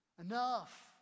Enough